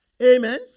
Amen